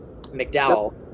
McDowell